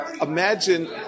imagine